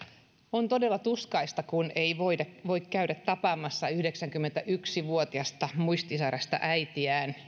on todella tuskaista kun ei voi käydä tapaamassa yhdeksänkymmentäyksi vuotiasta muistisairasta äitiään